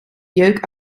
jeuk